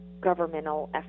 governmental